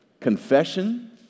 Confession